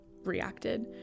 reacted